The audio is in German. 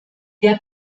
der